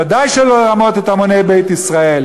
וודאי שלא לרמות את המוני בית ישראל.